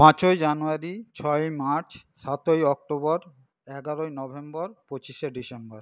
পাঁচই জানুয়ারি ছয়ই মার্চ সাতই অক্টোবর এগারোই নভেম্বর পঁচিশে ডিসেম্বর